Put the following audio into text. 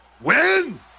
Win